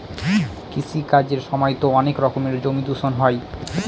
কৃষি কাজের সময়তো অনেক রকমের জমি দূষণ হয়